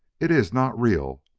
it is not real!